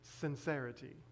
sincerity